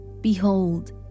behold